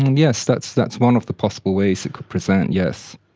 and yes, that's that's one of the possible ways it could present, yes.